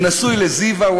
הוא נשוי לזיוה,